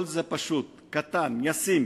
כל זה פשוט, קטן, ישים